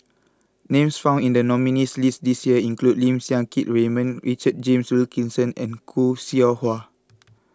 names found in the nominees' list this year include Lim Siang Keat Raymond Richard James Wilkinson and Khoo Seow Hwa